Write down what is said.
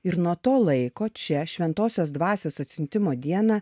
ir nuo to laiko čia šventosios dvasios atsiuntimo dieną